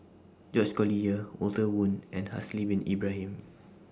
George Collyer Walter Woon and Haslir Bin Ibrahim